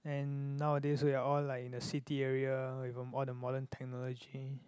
and nowadays we are all like in the city area with all the modern technology